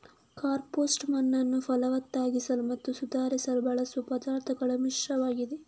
compost ಮಣ್ಣನ್ನು ಫಲವತ್ತಾಗಿಸಲು ಮತ್ತು ಸುಧಾರಿಸಲು ಬಳಸುವ ಪದಾರ್ಥಗಳ ಮಿಶ್ರಣವಾಗಿದೆ